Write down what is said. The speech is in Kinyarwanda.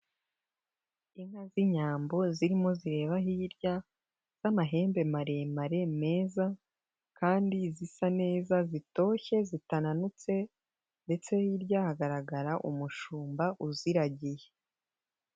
Inka z'inyambo zirimo zireba hirya, z'amahembe maremare meza kandi zisa neza zitoshye zitananutse, ndetse no hirya hagaragara umushumba uziragiye.